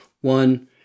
One